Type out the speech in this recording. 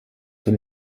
von